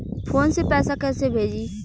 Phone से पैसा कैसे भेजी?